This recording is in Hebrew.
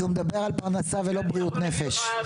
כי הוא מדבר על פרנסה ולא בריאות נפש.